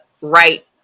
right